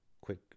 quick